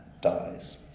dies